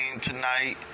tonight